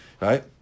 Right